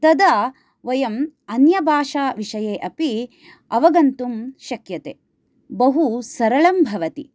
तदा वयम् अन्यभाषाविषये अपि अवगन्तुं शक्यते बहु सरलं भवति